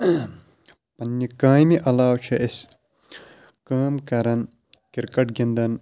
پنٕنہِ کامہِ علاوٕ چھِ أسۍ کٲم کَران کِرکَٹ گِنٛدان